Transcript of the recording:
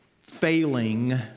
failing